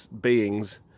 beings